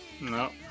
No